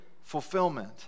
fulfillment